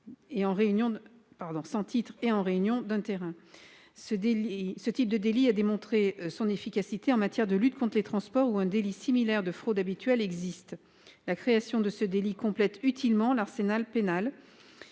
et en réunion d'un terrain. Ce type de délit a démontré son efficacité en matière de lutte contre les transports, où un délit similaire de fraude habituelle existe. La création de ce délit complète utilement l'arsenal pénal